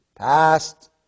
Past